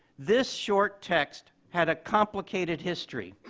this short text had a complicated history.